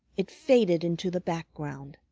it faded into the background.